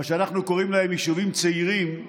אנחנו קוראים להם יישובים צעירים,